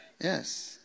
Yes